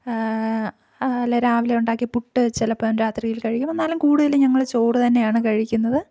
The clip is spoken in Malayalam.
അല്ലെ രാവിലെ ഉണ്ടാക്കിയ പുട്ട് ചിലപ്പം രാത്രിയിൽ കഴിക്കും എന്നാലും കൂടുതൽ ഞങ്ങൾ ചോറ് തന്നെയാണ് കഴിക്കുന്നത്